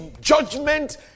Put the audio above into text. judgment